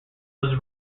was